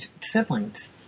siblings